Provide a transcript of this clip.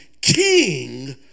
King